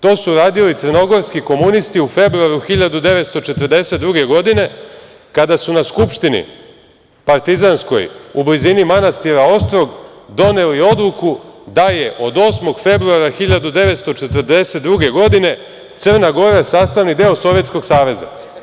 To su uradili crnogorski komunisti u februaru 1942. godine kada su na Skupštini partizanskoj u blizini manastira Ostrog doneli odluku da je od 8. februara 1942. godine Crna Gora sastavni deo Sovjetskog Saveza.